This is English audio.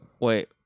Wait